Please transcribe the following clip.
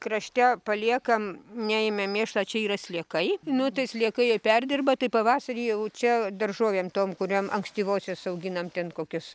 krašte paliekam neėmėm mėšlo čia yra sliekai nu tai sliekai jie perdirba tai pavasarį jau čia daržovėm tom kuriom ankstyvosios auginam ten kokius